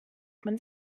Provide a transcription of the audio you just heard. man